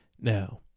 Now